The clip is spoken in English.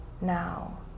now